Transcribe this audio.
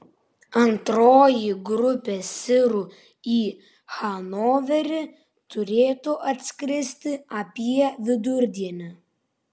antroji grupė sirų į hanoverį turėtų atskristi apie vidurdienį